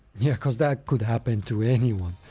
yeah, cause that could happen to anyone.